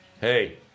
Hey